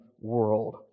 world